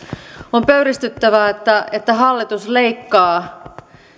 on pöyristyttävää että että hallitus leikkaa